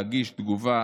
להגיש תגובה,